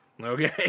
Okay